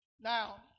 Now